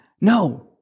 No